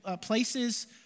places